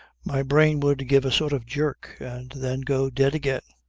my brain would give a sort of jerk and then go dead again.